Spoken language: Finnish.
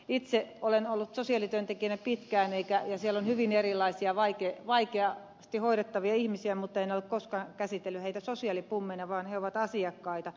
itse olen ollut sosiaalityöntekijänä pitkään ja siellä on hyvin erilaisia vaikeasti hoidettavia ihmisiä mutta en ole koskaan käsitellyt heitä sosiaalipummeina vaan he ovat asiakkaita